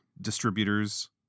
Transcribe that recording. distributors